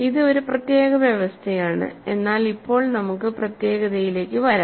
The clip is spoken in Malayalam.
ഇത് ഒരു പ്രത്യേക വ്യവസ്ഥയാണ് എന്നാൽ ഇപ്പോൾ നമുക്ക് പ്രത്യേകതയിലേക്ക് വരാം